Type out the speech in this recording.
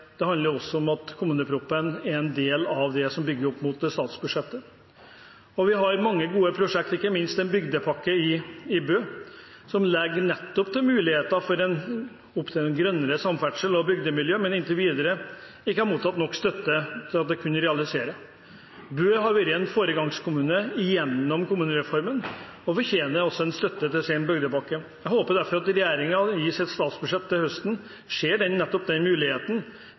er en del av det som bygger opp mot statsbudsjettet. Vi har mange gode prosjekter, ikke minst en bygdepakke i Bø, som legger til rette muligheter for grønnere samferdsel og bygdemiljøer, men som inntil videre ikke har mottatt nok støtte til at den kunne realiseres. Bø har vært en foregangskommune gjennom kommunereformen og fortjener også støtte til sin bygdepakke. Jeg håper derfor at regjeringen i statsbudsjettet til høsten ser